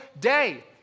day